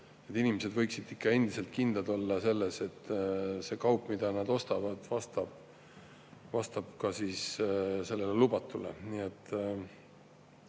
inimesed võiksid ikka endiselt kindlad olla selles, et see kaup, mida nad ostavad, vastab lubatule.